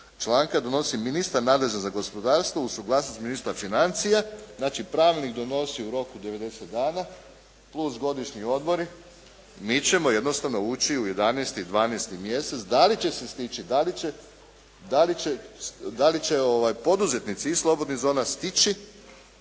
članka donosi ministar nadležan za gospodarstvo uz suglasnost ministra financija. Znači Pravilnik donosi u roku 90 dana plus godišnji odmori, mi ćemo jednostavno ući u 11., 12. mjesec. Da li će se stići, da li će poduzetnici iz slobodnih zona stići